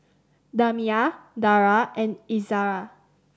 Damia Dara and Izzara